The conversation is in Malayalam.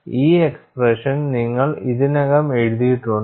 ഈ എക്സ്പ്രെഷൻ നിങ്ങൾ ഇതിനകം എഴുതിയിട്ടുണ്ട്